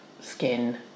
skin